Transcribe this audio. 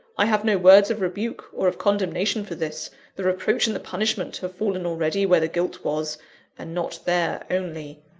i have no words of rebuke or of condemnation for this the reproach and the punishment have fallen already where the guilt was and not there only.